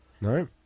No